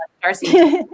Darcy